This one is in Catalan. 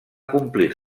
complir